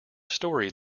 story